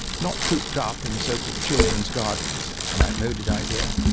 not cooped up in so-called children's gardens, an outmoded idea,